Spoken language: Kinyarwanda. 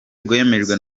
rwemejwe